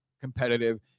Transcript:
competitive